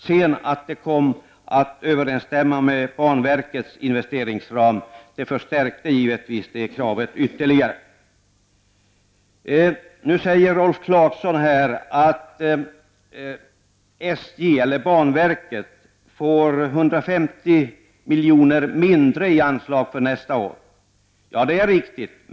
Att det sedan kom att överensstämma med banverkets investeringsram förstärkte givetvis detta krav ytterligare. Nu säger Rolf Clarkson att banverket får 150 miljoner mindre i anslag för nästa år. Ja, det är riktigt.